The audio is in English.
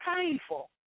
painful